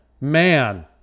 man